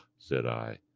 said i,